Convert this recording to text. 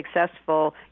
successful